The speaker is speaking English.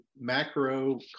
macro